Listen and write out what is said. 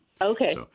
Okay